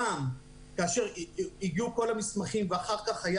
גם כאשר הגיעו כל המסמכים ואחר כך היה